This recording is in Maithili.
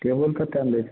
टेबुल कते मे दै छऽ